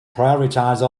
prioritize